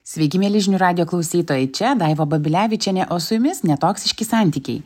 sveiki mieli žinių radijo klausytojai čia daiva babilevičienė o su jumis netoksiški santykiai